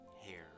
hair